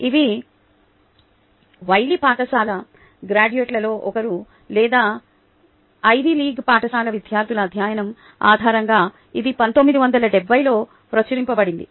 Ivy league పాఠశాల గ్రాడ్యుయేట్లలో ఒకరు లేదా ఐవీ లీగ్ పాఠశాల విద్యార్థుల అధ్యయనం ఆధారంగా ఇది 1970 లో ప్రచురించబడింది